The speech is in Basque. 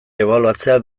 ebaluatzea